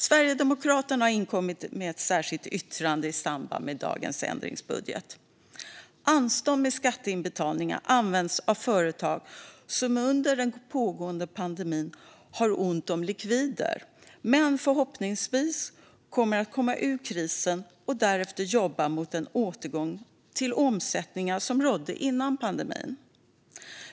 Sverigedemokraterna har inkommit med ett särskilt yttrande i samband med den ändringsbudget som vi debatterar i dag. Anstånd med skatteinbetalningar används av företag som under den pågående pandemin har ont om likvider men som förhoppningsvis kommer att komma ur krisen och därefter jobba för en återgång till de omsättningar som rådde före pandemin.